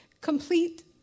complete